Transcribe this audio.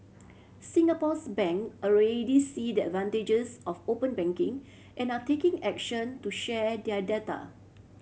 Singapore's bank already see the advantages of open banking and are taking action to share their data